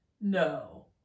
no